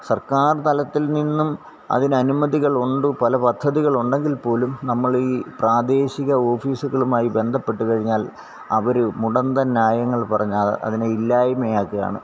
സര്ക്കാര് തലത്തില് നിന്നും അതിനനുമതികള് ഉണ്ട് പല പദ്ധതികള് ഉണ്ടെങ്കില് പോലും നമ്മളീ പ്രാദേശിക ഓഫീസുകളുമായി ബന്ധപ്പെട്ടുകഴിഞ്ഞാല് അവര് മുടന്തന് ന്യായങ്ങള് പറഞ്ഞ് അ അതിനെ ഇല്ലായ്മയാക്കുകയാണ്